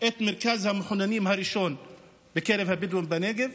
את מרכז המחוננים הראשון בקרב הבדואים בנגב.